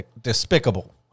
despicable